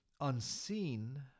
unseen